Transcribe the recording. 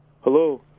Hello